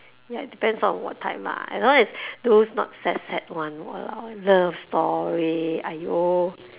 ya it depends on what type lah as long as those not sad sad one !walao! eh love story !aiyo!